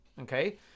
Okay